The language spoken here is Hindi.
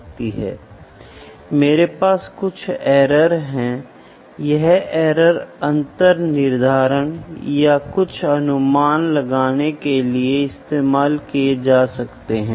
इसलिए मेजरमेंट एक बहुत ही महत्वपूर्ण विषय है